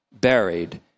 buried